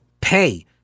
Pay